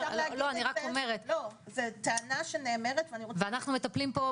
אנחנו מטפלים פה,